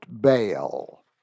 bail